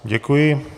Děkuji.